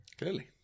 Clearly